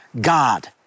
God